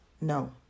no